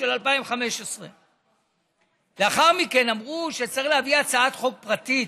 של 2015. לאחר מכן אמרו שצריך להביא הצעת חוק פרטית,